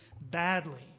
badly